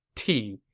tea.